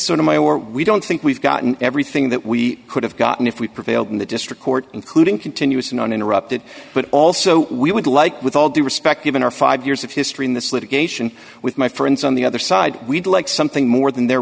sort of my or we don't think we've gotten everything that we could have gotten if we prevailed in the district court including continuous and uninterrupted but also we would like with all due respect given our five years of history in this litigation with my friends on the other side we'd like something more than their